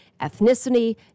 ethnicity